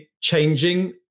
changing